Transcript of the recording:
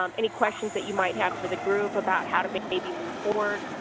um any questions that you might have for the group about how to maybe move forward.